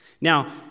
Now